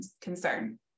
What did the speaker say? concern